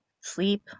sleep